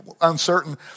uncertain